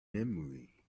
memory